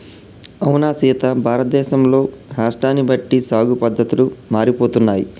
అవునా సీత భారతదేశంలో రాష్ట్రాన్ని బట్టి సాగు పద్దతులు మారిపోతున్నాయి